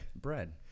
Bread